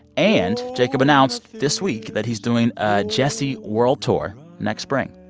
and jacob announced this week that he's doing a djesse world tour next spring.